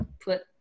put